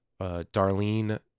Darlene